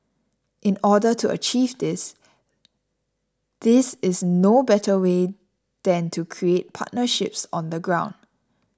in order to achieve this these is no better way than to create partnerships on the ground